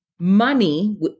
Money